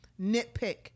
nitpick